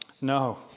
No